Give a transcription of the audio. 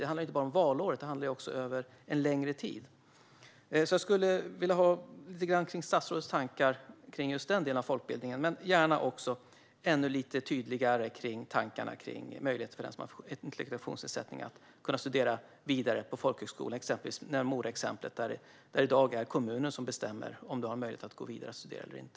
Det handlar inte bara om valåret utan om en längre tid. Jag skulle vilja höra lite om statsrådets tankar kring just den delen av folkbildningen men gärna också ännu lite tydligare besked om tankarna kring möjligheter för den som har en intellektuell funktionsnedsättning att kunna studera vidare på folkhögskola. Vi har exemplet med Mora Folkhögskola där det i dag är kommunen som bestämmer om man har möjlighet att studera vidare eller inte.